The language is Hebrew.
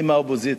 אני מהאופוזיציה,